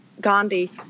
Gandhi